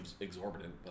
exorbitant